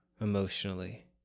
emotionally